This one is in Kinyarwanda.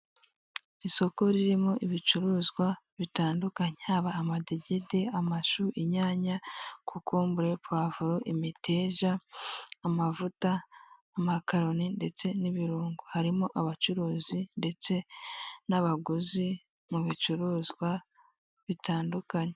Isoko ririmo ibicuruzwa bitandukanye. Haba amadegede, amashu, inyanya, kokombure, puwavuro, imiteja, amavuta, amakaroni, ndetse n'ibirungo. Harimo abacuruzi ndetse n'abaguzi mu bicuruzwa bitandukanye.